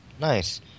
nice